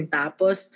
tapos